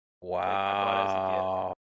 wow